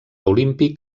olímpic